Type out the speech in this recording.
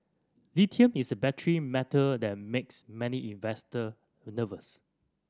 lithium is a battery metal that makes many investor nervous